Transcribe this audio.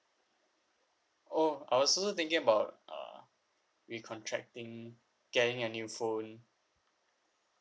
oh I was also thinking about uh re-contracting getting a new phone